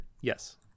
Yes